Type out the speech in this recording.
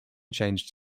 changed